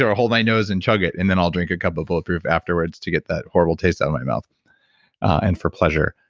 ah ah hold my nose, and chug it. and then i'll drink a cup of bulletproof afterwards to get that horrible taste out of my mouth and for pleasure.